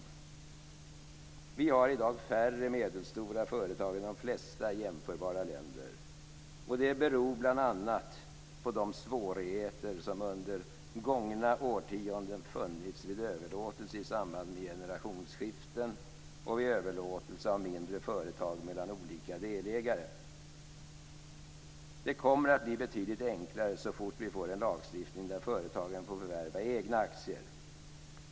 Sverige har i dag färre medelstora företag än de flesta jämförbara länder. Det beror bl.a. på de svårigheter som under gångna årtionden funnits vid överlåtelse i samband med generationsskiften och vid överlåtelse av mindre företag mellan olika delägare. Det kommer att bli betydligt enklare så fort vi får en lagstiftning där företagen får förvärva egna aktier.